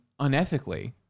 unethically